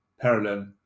parallel